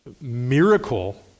miracle